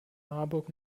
marburg